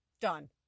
done